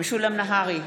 משולם נהרי,